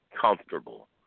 comfortable